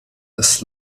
des